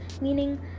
meaning